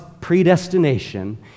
predestination